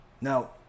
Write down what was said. Now